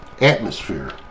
atmosphere